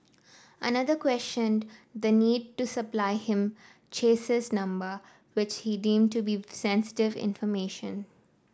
another questioned the need to supply him chassis number which he deemed to be sensitive information